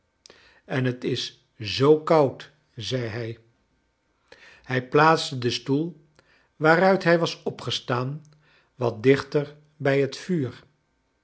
en het is zoo koud zei hij hij plaatste den stoel waaruit hij was opgestaan wat dichter bij het vuur